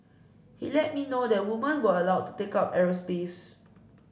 he let me know that women were allowed to take up aerospace